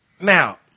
Now